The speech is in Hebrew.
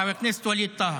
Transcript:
חבר הכנסת ווליד טאהא,